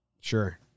Sure